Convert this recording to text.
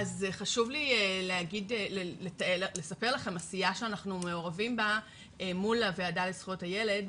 חשוב לי לספר לכם עשייה שאנחנו מעורבים בה מול הוועדה לזכויות הילד.